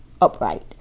upright